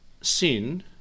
sin